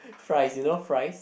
fries fries you know fries